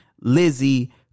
Lizzie